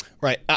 Right